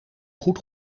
goed